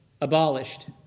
Abolished